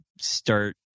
start